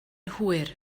hwyr